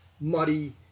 muddy